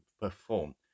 perform